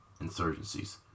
insurgencies